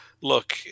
Look